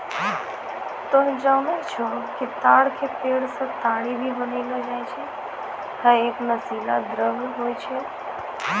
तोहं जानै छौ कि ताड़ के पेड़ सॅ ताड़ी भी बनैलो जाय छै, है एक नशीला द्रव्य होय छै